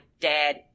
dad